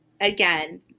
again